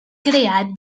creat